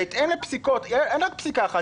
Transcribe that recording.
בהתאם לפסיקות אין רק פסיקה אחת,